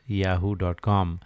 yahoo.com